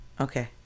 Okay